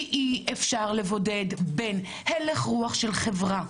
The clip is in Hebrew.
כי אי-אפשר לבודד בין הלך של חברה.